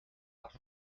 les